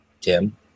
Tim